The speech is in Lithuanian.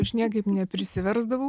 aš niekaip neprisiversdavau